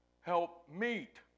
Help-meet